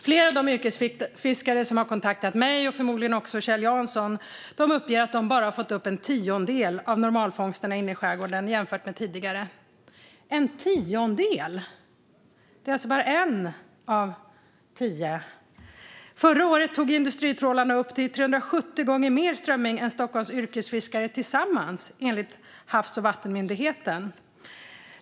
Flera av de yrkesfiskare som har kontaktat mig, och förmodligen också Kjell Jansson, uppger att de nu bara får upp en tiondel av tidigare normalfångst inne i skärgården. En tiondel! Förra året tog industritrålarna upp 370 gånger mer strömming än Stockholms yrkesfiskare tillsammans, enligt Havs och vattenmyndigheten, HaV.